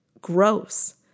Gross